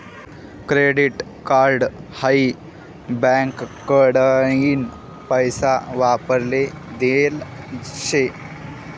credit card हाई बँकाकडीन पैसा वापराले देल शे